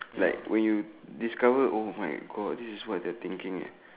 like when you discover oh my God this is what they thinking ya